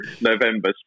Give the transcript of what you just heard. November